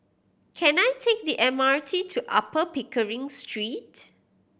can I take the M R T to Upper Pickering Street